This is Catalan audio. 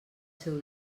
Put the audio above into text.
seu